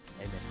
amen